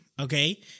Okay